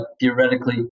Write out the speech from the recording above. theoretically